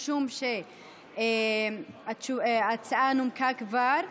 מכיוון שההצעה נומקה כבר,